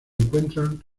encuentran